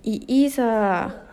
it is ah